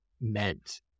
meant